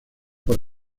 por